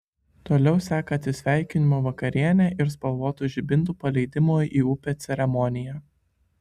toliau seka atsisveikinimo vakarienė ir spalvotų žibintų paleidimo į upę ceremonija